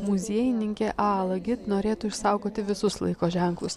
muziejininkė ala git norėtų išsaugoti visus laiko ženklus